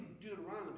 Deuteronomy